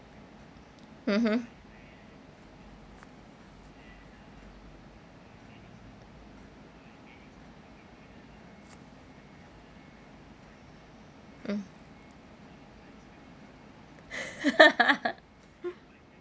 mmhmm mm